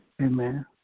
Amen